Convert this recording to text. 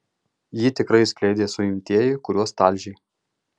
jį tikrai skleidė suimtieji kuriuos talžei